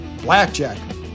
Blackjack